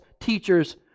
teachers